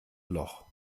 loch